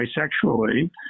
sexually